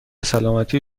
سلامتی